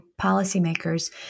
policymakers